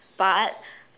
but